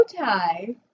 tie